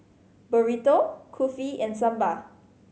Burrito Kulfi and Sambar